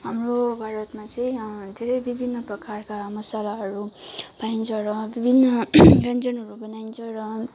हाम्रो भारतमा चाहिँ धेरै विभिन्न प्रकारका मसालाहरू पाइन्छ र विभिन्न व्यञ्जनहरू बनाइन्छ र